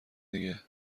دیگه